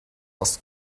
was